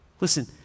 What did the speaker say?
Listen